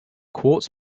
quartz